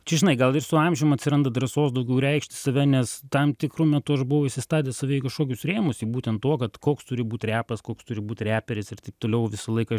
čia žinai gal ir su amžium atsiranda drąsos daugiau reikšti save nes tam tikru metu aš buvau įsistatęs kažkokius rėmus į būtent tuo kad koks turi būt repas koks turi būt reperis ir taip toliau visą laiką